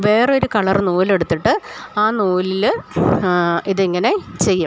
വേറെ ഒരു കളർ നൂലെട്ത്തിട്ട് ആ നൂലിൽ ഇതിങ്ങനെ ചെയ്യും